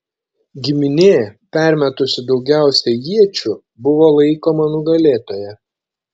giminė permetusi daugiausiai iečių buvo laikoma nugalėtoja